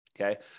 Okay